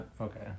okay